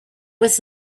was